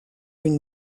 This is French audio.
une